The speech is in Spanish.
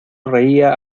reía